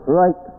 right